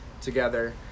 together